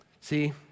See